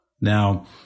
Now